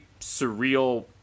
surreal